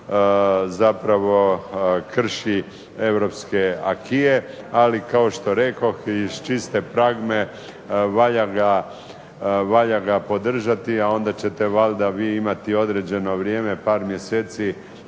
zapravo krši europske acquise, ali kao što rekoh iz čiste pragme valja ga podržati, a onda ćete valjda vi imati određeno vrijeme, par mjeseci,